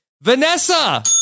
Vanessa